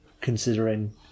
Considering